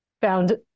found